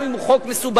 גם אם הוא חוק מסובך,